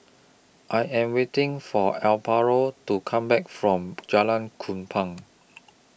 I Am waiting For Amparo to Come Back from Jalan Kupang